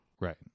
Right